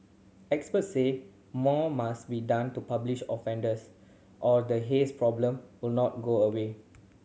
experts say more must be done to publish offenders or the haze problem will not go away